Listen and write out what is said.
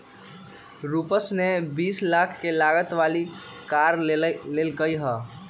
रूपश ने बीस लाख के लागत वाली कार लेल कय है